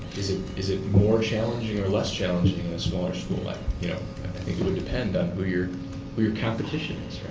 is it is it more challenging or less challenging in a smaller school? i yeah think it could depend on who your who your competition